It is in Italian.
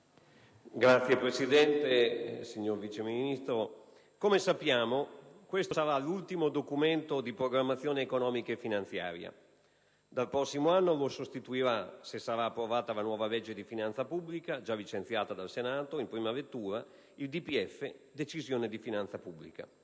Signor Presidente, signor Vice Ministro, come sappiamo, questo sarà l'ultimo Documento di programmazione economico-finanziaria; dal prossimo anno lo sostituirà, se sarà approvata la nuova legge di finanza pubblica, già licenziata dal Senato in prima lettura, il DPF (Decisione di finanza pubblica).